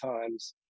times